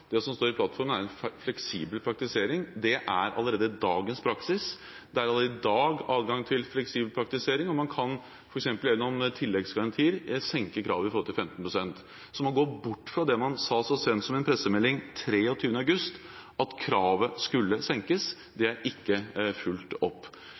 Det som står i plattformen, er en fleksibel praktisering. Det er allerede dagens praksis. Det er allerede i dag adgang til fleksibel praktisering, og man kan – f.eks. gjennom tilleggsgarantier – senke kravet om 15 pst. Man går bort fra det man sa så sent som i en pressemelding 23. august, at kravet skulle senkes. Det er ikke fulgt opp.